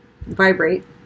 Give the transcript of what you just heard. vibrate